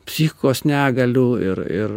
psichikos negalių ir ir